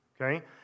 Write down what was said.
Okay